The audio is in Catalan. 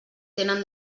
tenen